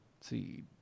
see